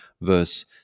verse